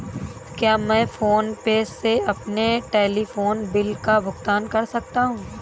क्या मैं PhonePe से अपने टेलीफोन बिल का भुगतान कर सकता हूँ?